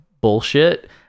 bullshit